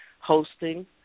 hosting